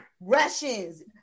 Russians